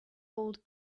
old